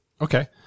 Okay